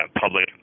public